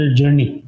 journey